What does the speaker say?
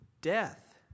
death